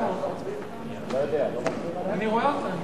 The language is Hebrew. חנא סוייד ועפו אגבאריה,